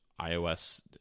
iOS